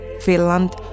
Finland